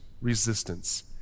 resistance